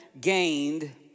gained